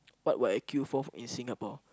what would I queue for in Singapore